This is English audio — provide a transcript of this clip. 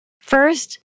First